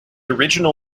original